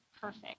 perfect